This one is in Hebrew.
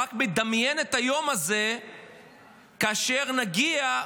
רק מדמיין את היום הזה כאשר נגיע,